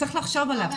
צריך לחשוב עליו.